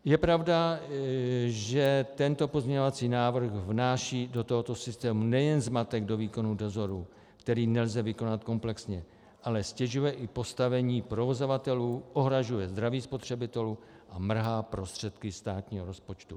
Je pravda, že tento pozměňovací návrh vnáší do tohoto systému nejen zmatek do výkonu dozoru, který nelze vykonat komplexně, ale ztěžuje i postavení provozovatelů, ohrožuje zdraví spotřebitelů a mrhá prostředky státního rozpočtu.